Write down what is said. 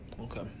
Okay